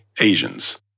Asians